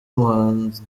umuhanzi